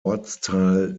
ortsteil